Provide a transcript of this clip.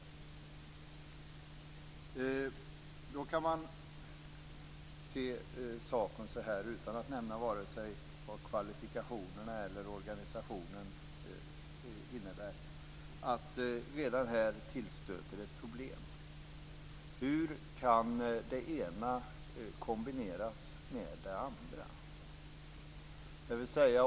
Då kan man säga, utan att nämna vad vare sig kvalifikationer eller organisationer innebär, att redan här tillstöter ett problem: Hur kan det ena kombineras med det andra?